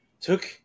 took